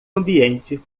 ambiente